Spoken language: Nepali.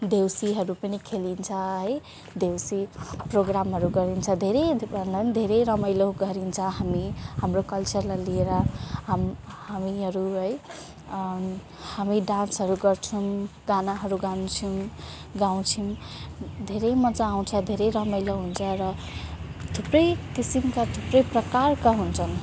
देउसीहरू पनि खेलिन्छ है देउसी प्रोग्रामहरू गरिन्छ धेरै हुन्थ्यो प्रोग्राम धेरै रमाइले गरिन्छ हामी हाम्रो कल्चरलाई लिएर हाम् हामीहरू है अँ हामी डान्सहरू गर्छौँ गानाहरू गाउछौँ गाउछौँ धेरै मजा आउँछ धेरै रमाइलो हुन्छ र थुप्रै किसिमका थुप्रै प्रकारका हुन्छन्